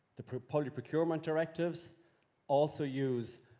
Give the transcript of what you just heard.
the public procurement directives also use